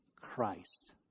Christ